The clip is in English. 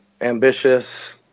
Ambitious